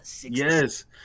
Yes